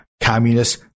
Communist